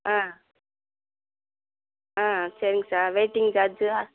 ஆ ஆ சரிங்க sir waiting சார்ஜ்ஜா